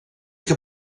que